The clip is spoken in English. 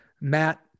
Matt